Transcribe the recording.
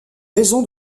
raison